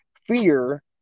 fear